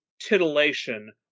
titillation